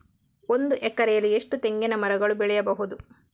ಒಂದು ಎಕರೆಯಲ್ಲಿ ಎಷ್ಟು ತೆಂಗಿನಮರಗಳು ಬೆಳೆಯಬಹುದು?